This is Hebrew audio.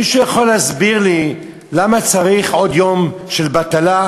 מישהו יכול להסביר לי למה צריך עוד יום של בטלה?